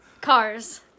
cars